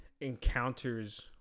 encounters